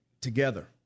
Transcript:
together